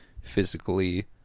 physically